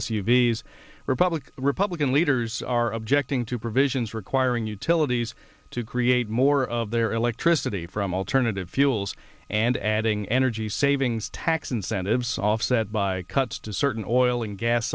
v s republican republican leaders are objecting to provisions requiring utilities to create more of their electricity from alternative fuels and adding energy savings tax incentives offset by cuts to certain oil and gas